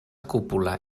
cúpula